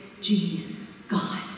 G-god